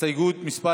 הסתייגות מס'